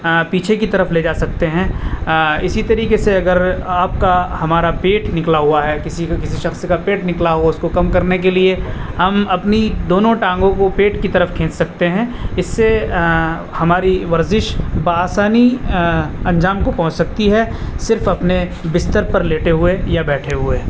پیچھے کی طرف لے جا سکتے ہیں اسی طریقے سے اگر آپ کا ہمارا پیٹ نکلا ہوا ہے کسی کسی شخص کا پیٹ نکلا ہو اس کو کم کرنے کے لیے ہم اپنی دونوں ٹانگوں کو پیٹ کی طرف کھینچ سکتے ہیں اس سے ہماری ورزش بہ آسانی انجام کو پہنچ سکتی ہے صرف اپنے بستر پر لیٹے ہوئے یا بیٹھے ہوئے